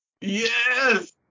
Yes